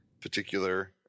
particular